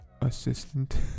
assistant